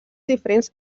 diferents